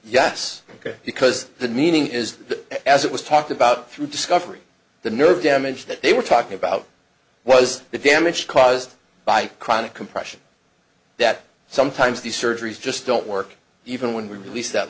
yes ok because the meaning is that as it was talked about through discovery the nerve damage that they were talking about was the damage caused by chronic compression that sometimes these surgeries just don't work even when we release that